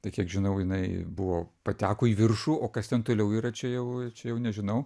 tai kiek žinau jinai buvo pateko į viršų o kas ten toliau yra čia jau čia jau nežinau